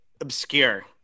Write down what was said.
obscure